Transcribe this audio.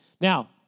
Now